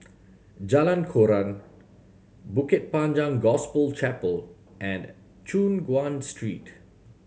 Jalan Koran Bukit Panjang Gospel Chapel and Choon Guan Street